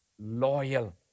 loyal